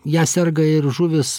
ja serga ir žuvys